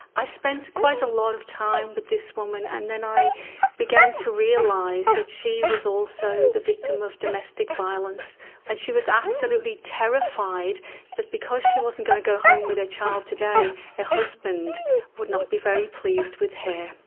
i spent quite a lot of time with this woman, and then i began to realise that she was also the victim of domestic violence and she was absolutely terrified that because she wasn't going to go home with her child today her and husband would not be very pleased with her.